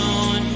on